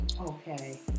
Okay